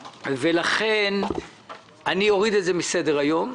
לכן אוריד את זה מסדר היום,